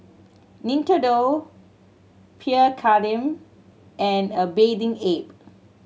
Nintendo Pierre Cardin and A Bathing Ape